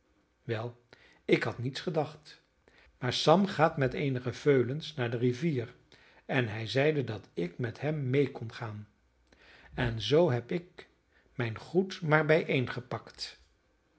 wel ik had niets gedacht maar sam gaat met eenige veulens naar de rivier en hij zeide dat ik met hem mee kon gaan en zoo heb ik mijn goed